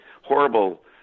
horrible